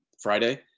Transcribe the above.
Friday